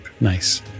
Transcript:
Nice